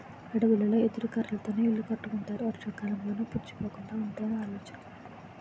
అడవులలో ఎదురు కర్రలతోనే ఇల్లు కట్టుకుంటారు వర్షాకాలంలోనూ పుచ్చిపోకుండా వుంటాయని ఆలోచన